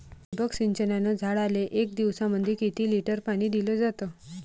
ठिबक सिंचनानं झाडाले एक दिवसामंदी किती लिटर पाणी दिलं जातं?